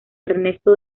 ernesto